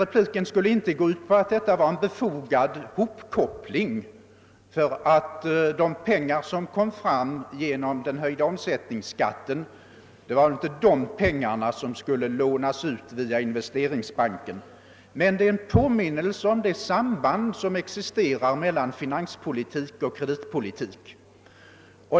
Repliken skulle inte gå ut på att detta var en befogad hopkoppling, ty de pengar som kom fram genom den höjda omsättningsskatten skulle inte lånas ut via Investeringsbanken. Men det är en påminnelse om det samband som existerar mellan finanspolitik och kreditpolitik.